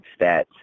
stats